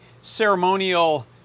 ceremonial